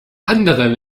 andere